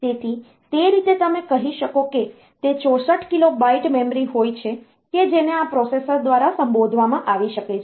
તેથી તે રીતે તમે કહી શકો કે તે 64 કિલો બાઈટ મેમરી હોય છે કે જેને આ પ્રોસેસર દ્વારા સંબોધવામાં આવી શકે છે